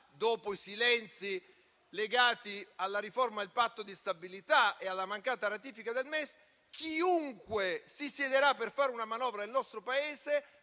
dopo i silenzi legati alla riforma del Patto di stabilità e alla mancata ratifica del MES - per fare una manovra nel nostro Paese,